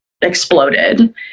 exploded